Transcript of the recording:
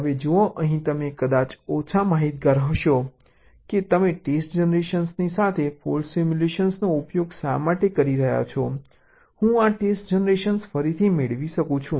હવે જુઓ અહીં તમે કદાચ ઓછા માહિતગાર હશો કે તમે ટેસ્ટ જનરેશનની સાથે ફોલ્ટ સિમ્યુલેશનનો ઉપયોગ શા માટે કરી રહ્યા છો હું આ ટેસ્ટ જનરેશન ફરીથી મેળવી શકું છું